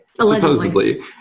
Supposedly